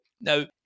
Now